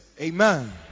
Amen